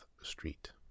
Street